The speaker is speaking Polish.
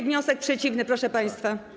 Wniosek przeciwny, proszę państwa.